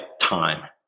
time